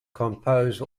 compose